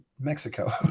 Mexico